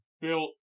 built